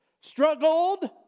struggled